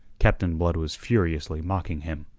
captain blood was furiously mocking him.